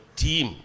team